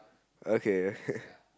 okay